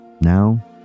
Now